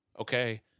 okay